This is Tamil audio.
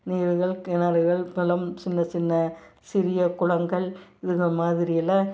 நீர்கள் கிணறுகள் குளம் சின்ன சின்ன சிறிய குளங்கள் இது மாதிரி எல்லாம்